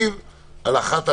לפי הפרסום בכתבה